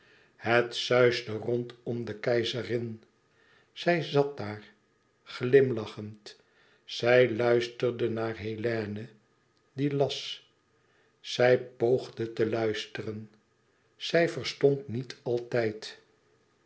het suisde rond om de keizerin zij zat daar glimlachend zij luisterde naar hélène die las zij poogde te luisteren zij verstond niet altijd